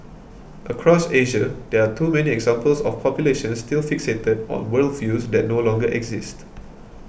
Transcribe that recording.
across Asia there are too many examples of populations still fixated on worldviews that no longer exist